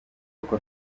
uko